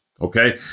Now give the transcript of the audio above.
okay